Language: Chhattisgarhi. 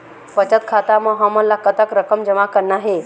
बचत खाता म हमन ला कतक रकम जमा करना हे?